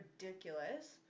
ridiculous